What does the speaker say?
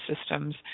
systems